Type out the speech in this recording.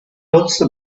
also